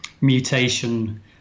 mutation